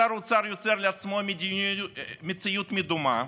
אז שר האוצר יוצר לעצמו מציאות מדומה,